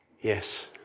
yes